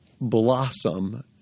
blossom